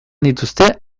dituzte